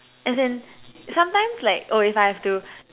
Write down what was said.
as in sometimes like oh if I have to